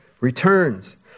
returns